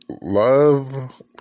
Love